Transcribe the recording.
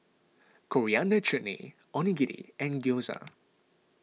Coriander Chutney Onigiri and Gyoza